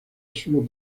sólo